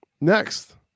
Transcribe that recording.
Next